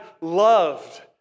loved